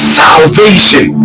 salvation